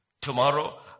Tomorrow